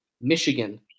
Michigan